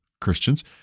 Christians—